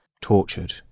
tortured